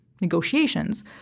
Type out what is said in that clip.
negotiations